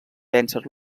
vèncer